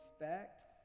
respect